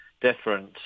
different